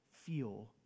feel